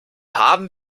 haben